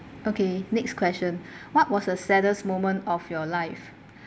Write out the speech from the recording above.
okay next question what was a saddest moment of your life